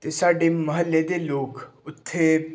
ਅਤੇ ਸਾਡੇ ਮੁਹੱਲੇ ਦੇ ਲੋਕ ਉੱਥੇ